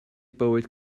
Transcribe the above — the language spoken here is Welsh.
bywyd